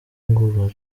ngo